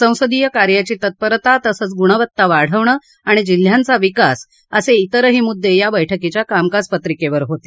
संसदीय कार्याची तत्परता तसंच गुणवत्ता वाढवणे आणि जिल्ह्यांचा विकास असे तिरही मुद्दे या बैठकीच्या कामकाज पत्रिकेवर होते